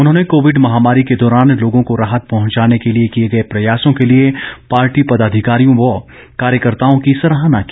उन्होंने कोविड महामारी के दौरान लोगों को राहत पहंचाने के लिए किए गए प्रयासों के लिए पार्टी पदाधिकारियों व कार्यकर्ताओं की सराहना की